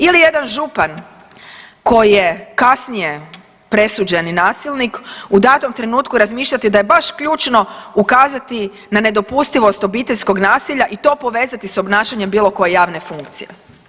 Ili jedan župan koji je kasnije presuđeni nasilnik, u datom trenutku razmišljati da je baš ključno ukazati na nedopustivost obiteljskog nasilja i to povezati s obnašanjem bilo koje javne funkcije.